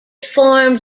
formed